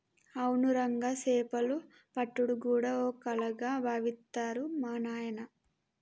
అవును రంగా సేపలు పట్టుడు గూడా ఓ కళగా బావిత్తరు మా నాయిన